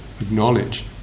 acknowledge